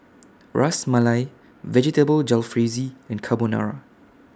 Ras Malai Vegetable Jalfrezi and Carbonara